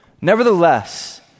Nevertheless